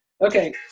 Okay